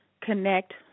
connect